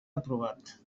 aprovat